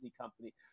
company